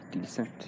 decent